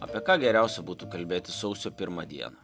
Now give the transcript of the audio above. apie ką geriausia būtų kalbėti sausio pirmą dieną